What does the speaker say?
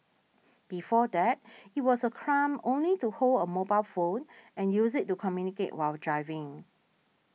before that it was a crime only to hold a mobile phone and use it to communicate while driving